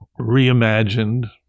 reimagined